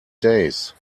days